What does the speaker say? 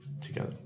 together